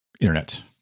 internet